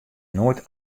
noait